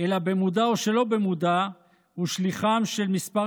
אלא במודע או שלא במודע הוא שליחם של כמה